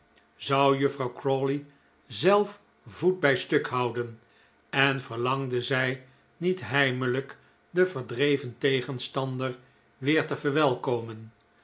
zou juffrouw crawley zelf voet bij stuk houden en verlangde zij niet heimelijk de verdreven tegenstandster weer te verwelkomen